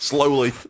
Slowly